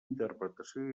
interpretació